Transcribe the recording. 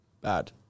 Bad